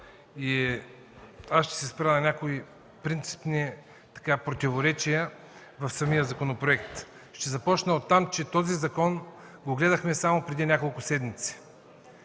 Ще се спра на някои принципни противоречия в самия законопроект. Ще започна от там, че този закон го гледахме само преди няколко седмици.